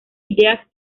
ideas